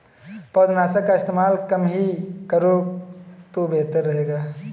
पौधनाशक का इस्तेमाल कम ही करो तो बेहतर रहेगा